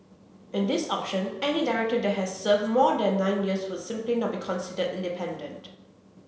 in this option any director that has served more than nine years would simply not be considered independent